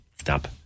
Stop